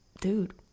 dude